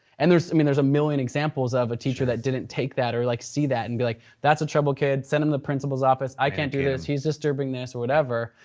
and there's i mean there's a million examples of a teacher that didn't take that or like see that and be like, that's a troubled kid, send him to the principal's office, i can't do this, he's disturbing this or whatever.